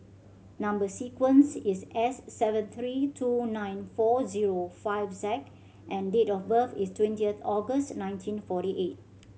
number sequence is S seven three two nine four zero five Z and date of birth is twentieth August nineteen forty eight